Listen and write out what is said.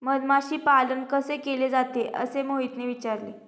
मधमाशी पालन कसे केले जाते? असे मोहितने विचारले